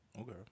Okay